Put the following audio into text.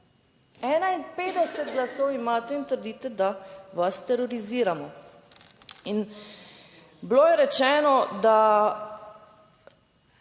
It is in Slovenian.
51 glasov imate in trdite, da vas teroriziramo. In bilo je rečeno, da